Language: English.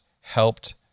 helped